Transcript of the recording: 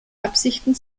absichten